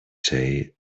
say